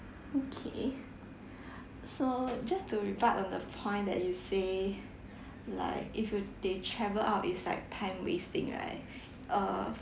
okay so just to rebut on the point that you say like if you they travel out is like time wasting right uh